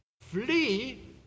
flee